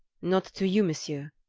not to you, monsieur.